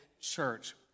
church